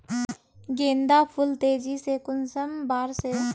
गेंदा फुल तेजी से कुंसम बार से?